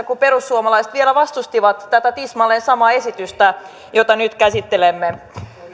kun perussuomalaiset vielä vastustivat tätä tismalleen samaa esitystä jota nyt käsittelemme